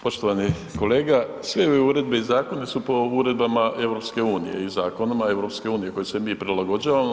Poštovani kolega, sve ove uredbe i zakoni su po uredbama EU i zakonima EU kojima se mi prilagođavamo.